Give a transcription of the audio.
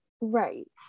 right